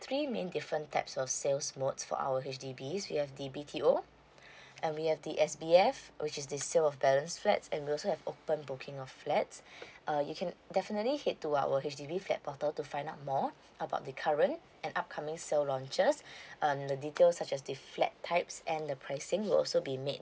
three main different types of sales mode for our H_D_B we have the B_T_O and we have the S_B_F which is the sale of balance flats and we also have open booking of flat uh you can definitely head to our H_D_B flat portal to find out more about the current and upcoming sale launches uh the details such as the flat types and the pricing will also be made